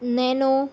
nano